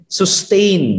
sustain